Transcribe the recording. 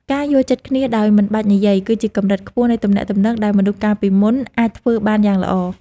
ការយល់ចិត្តគ្នាដោយមិនបាច់និយាយ គឺជាកម្រិតខ្ពស់នៃទំនាក់ទំនងដែលមនុស្សកាលពីមុនអាចធ្វើបានយ៉ាងល្អ។